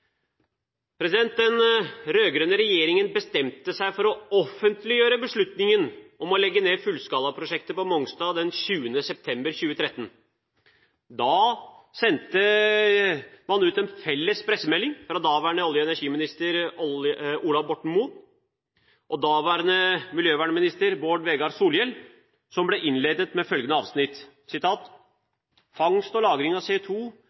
Den rød-grønne regjeringen bestemte seg for å offentliggjøre beslutningen om å legge ned fullskalaprosjektet på Mongstad den 20. september 2013. Da sendte man ut en felles pressemelding fra daværende olje- og energiminister Ola Borten Moe og daværende miljøvernminister Bård Vegar Solhjell, som ble innledet med følgende avsnitt: «Fangst og lagring av